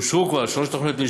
אושרו כבר שלוש תוכניות,